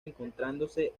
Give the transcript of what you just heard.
encontrándose